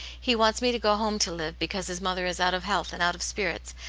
he wants me to go home to live, because his mother is out of health and out of spirits,